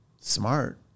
Smart